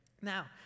Now